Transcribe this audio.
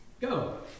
go